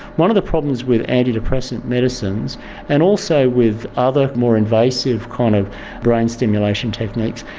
one of the problems with antidepressant medicines and also with other more invasive kind of brain stimulation techniques,